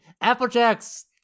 Applejack's